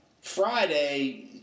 Friday